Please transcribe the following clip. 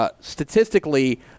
Statistically